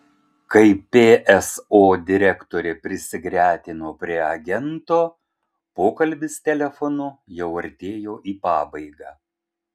kai pso direktorė prisigretino prie agento pokalbis telefonu jau artėjo į pabaigą